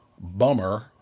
bummer